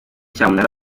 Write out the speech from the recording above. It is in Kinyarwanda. cyamunara